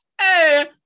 hey